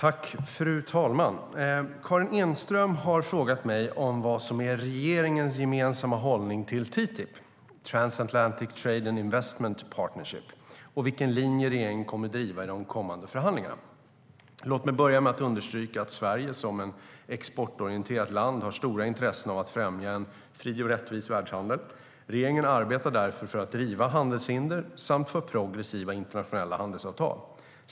Fru talman! Karin Enström har frågat mig vad som är regeringens gemensamma hållning till TTIP och vilken linje regeringen kommer att driva i de kommande förhandlingarna. Låt mig börja med att understryka att Sverige som ett exportorienterat land har stora intressen av att främja en fri och rättvis världshandel. Regeringen arbetar därför för att riva handelshinder samt för progressiva internationella handelsavtal.